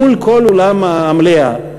מול כל אולם המליאה,